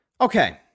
Okay